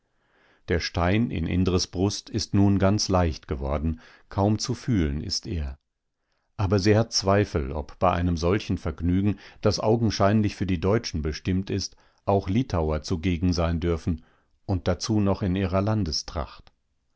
der stein in indres brust ist nun ganz leicht geworden kaum zu fühlen ist er aber sie hat zweifel ob bei einem solchen vergnügen das augenscheinlich für die deutschen bestimmt ist auch litauer zugegen sein dürfen und dazu noch in ihrer